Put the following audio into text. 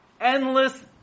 endless